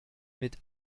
mit